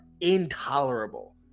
intolerable